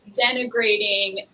denigrating